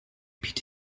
beat